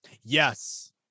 Yes